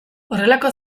horrelako